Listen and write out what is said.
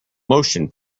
motion